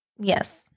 Yes